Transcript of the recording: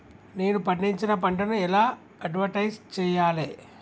నేను పండించిన పంటను ఎలా అడ్వటైస్ చెయ్యాలే?